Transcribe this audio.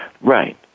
Right